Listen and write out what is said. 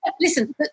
Listen